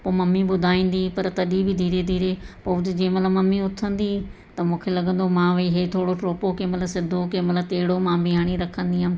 पोइ मम्मी ॿुधाईंदी हुई पर तॾहिं बि धीरे धीरे पोइ त जेमहिल मम्मी उथंदी त मूंखे लॻंदो उहो मां विही थोरी टोपो केमहिल सिधो केमहिल तेड़ो मां बि हणी रखंदी हुअमि